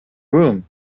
room